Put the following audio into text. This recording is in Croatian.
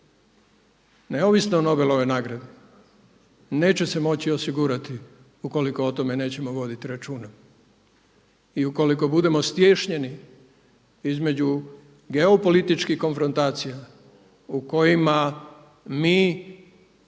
neovisno o Nobelovoj nagradi neće se moći osigurati ukoliko o tome nećemo voditi računa. I ukoliko budemo stiješnjeni između geopolitičkih konfrontacija u kojima mi